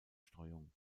streuung